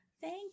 Thank